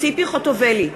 ציפי חוטובלי,